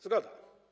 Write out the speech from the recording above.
Zgoda.